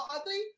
ugly